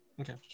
Okay